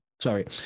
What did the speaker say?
Sorry